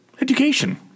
education